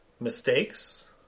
mistakes